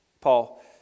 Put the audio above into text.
Paul